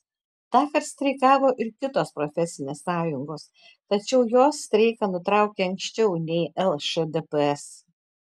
tąkart streikavo ir kitos profesinės sąjungos tačiau jos streiką nutraukė anksčiau nei lšdps